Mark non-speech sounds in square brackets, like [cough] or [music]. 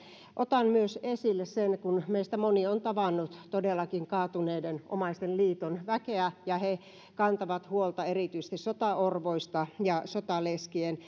otan myös esille sen kun meistä moni on tavannut todellakin kaatuneitten omaisten liiton väkeä että he kantavat huolta erityisesti sotaorvoista ja sotaleskien [unintelligible]